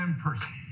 in-person